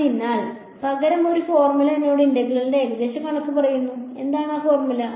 അതിനാൽ പകരം ഒരു ഫോർമുല എന്നോട് ഇന്റഗ്രലിന്റെ ഏകദേശ കണക്ക് പറയുന്നു എന്താണ് ഈ ഫോർമുല